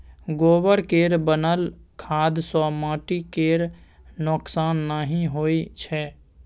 गोबर केर बनल खाद सँ माटि केर नोक्सान नहि होइ छै